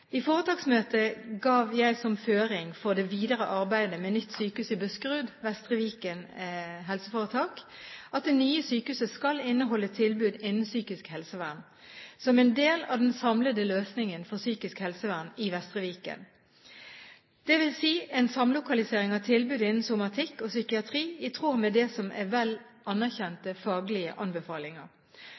I foretaksmøtet ga jeg som føring for det videre arbeidet med nytt sykehus i Buskerud – Vestre Viken HF at det nye sykehuset skal inneholde tilbud innen psykisk helsevern som en del av den samlede løsningen for psykisk helsevern i Vestre Viken, dvs. en samlokalisering av tilbud innen somatikk og psykiatri i tråd med det som er vel anerkjente faglige anbefalinger.